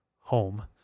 home